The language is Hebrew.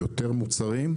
יותר מוצרים,